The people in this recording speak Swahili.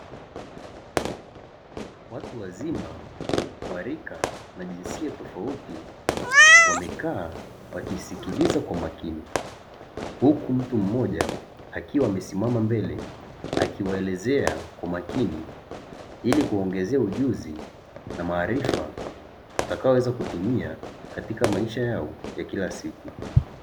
Watu wazima wa rika na jinsia tofauti wamekaa wakisikiliza kwa makini huku mtu mmoja akiwa amesimama mbele akiwaelezea kwa makini ili kuwaongezea ujuzi na maarifa watakayoweza kutumia katika maisha yao ya kila siku.